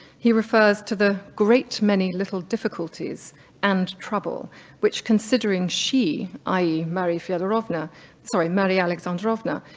he refers to the great many little difficulties and trouble which considering she, i e. marie feodorovna sorry, marie alexandrovna,